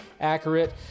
accurate